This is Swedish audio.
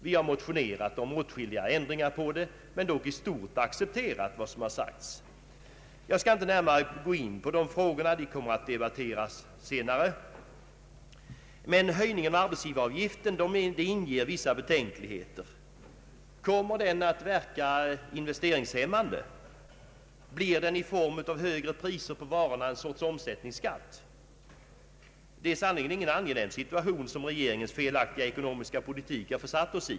Vi har motionerat om åtskilliga ändringar men dock i stort accepterat vad som sagts. Jag skall inte närmare gå in på dessa frågor — de kommer att debatteras senare. Men höjningen av arbetsgivaravgiften inger vissa betänkligheter. Kommer den att verka investeringshämmande? Blir den i form av högre priser på varorna ett slags omsättningsskatt? Det är sannerligen ingen angenäm situation som regeringens felaktiga ekonomiska politik försatt oss i.